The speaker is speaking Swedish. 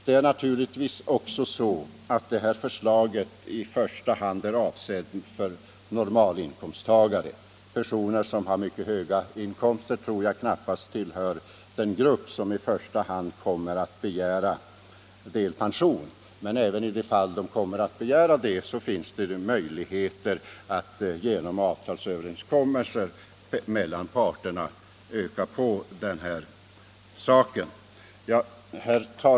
Det här förslaget är naturligtvis också i första hand avsett för normalinkomsttagare. Jag tror knappast att personer som har mycket höga inkomster tillhör den grupp som i första hand kommer att begära delpension. Men även i de fall de kommer att göra det finns det möjligheter att genom avtalsöverenskommelser mellan parterna öka pensionen.